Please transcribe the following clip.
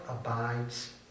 abides